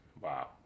Wow